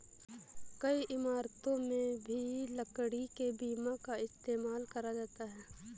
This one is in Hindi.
कई इमारतों में भी लकड़ी के बीम का इस्तेमाल करा जाता है